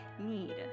need